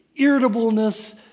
irritableness